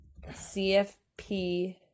CFP